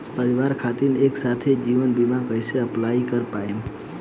परिवार खातिर एके साथे जीवन बीमा कैसे अप्लाई कर पाएम?